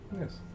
Yes